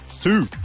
two